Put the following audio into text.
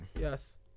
yes